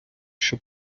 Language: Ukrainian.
щоб